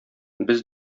без